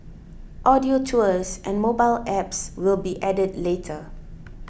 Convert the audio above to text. audio tours and mobile apps will be added later